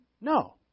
No